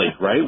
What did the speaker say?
right